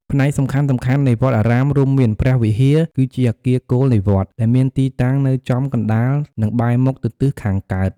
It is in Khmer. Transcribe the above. ផ្នែកសំខាន់ៗនៃវត្តអារាមរួមមានព្រះវិហារ គឺជាអគារគោលនៃវត្ត ដែលមានទីតាំងនៅចំកណ្តាល និងបែរមុខទៅទិសខាងកើត។